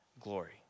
glory